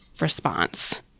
response